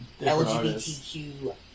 LGBTQ